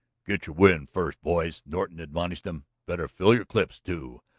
get your wind first, boys, norton admonished them. better fill your clips, too,